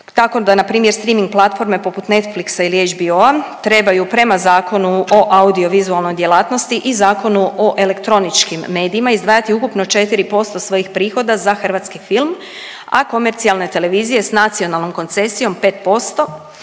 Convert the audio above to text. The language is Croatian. tako da npr. streaming platforme poput Netflixa ili HBO-a trebaju prema Zakonu o audiovizualnoj djelatnosti i Zakonu o elektroničkim medijima izdvajati ukupno 4% svojih prihoda za hrvatski film, a komercijalne televizije s nacionalnom koncesijom 5%.